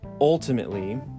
ultimately